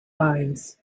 lines